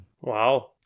Wow